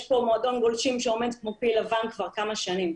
ויש כאן מועדון גולשים שעומד כמו פיל לבן כבר כמה שנים.